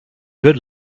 good